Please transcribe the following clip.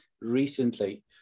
recently